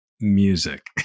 music